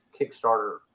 Kickstarter